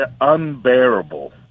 Unbearable